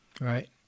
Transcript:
Right